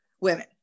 women